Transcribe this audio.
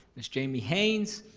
miss jamie haynes.